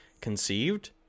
conceived